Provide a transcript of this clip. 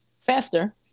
faster